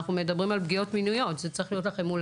אנחנו מדברים על פגיעות מיניות; זה צריך להיות לכם מול